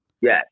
yes